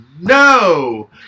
no